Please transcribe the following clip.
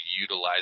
utilize